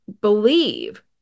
believe